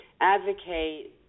advocate